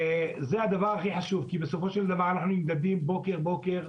זה הדבר הכי חשוב כי בסופו של דבר אנחנו נמדדים בוקר בוקר,